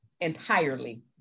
Entirely